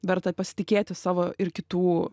verta pasitikėti savo ir kitų